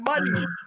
money